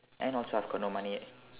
and also I've got no money